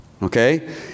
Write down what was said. Okay